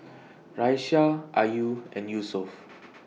Raisya Ayu and Yusuf